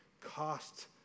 cost